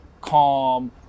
calm